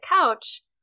couch